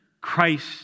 Christ